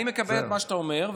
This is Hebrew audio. אני מקבל את מה שאתה אומר,